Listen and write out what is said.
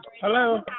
Hello